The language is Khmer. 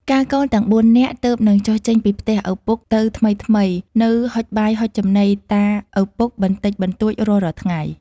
កាលកូនទាំង ៤ នាក់ ទើបនឹងចុះចេញពីផ្ទះឪពុកទៅថ្មីៗ នៅហុចបាយហុចចំណី តាឪពុកបន្តិចបន្តួចរាល់ៗថ្ងៃ។